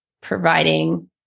providing